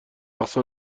اقصا